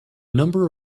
number